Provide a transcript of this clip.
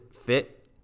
fit